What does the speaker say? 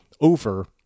over